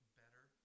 better